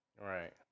Right